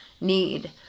need